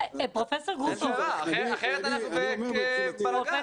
אחרת אנחנו בבלגן.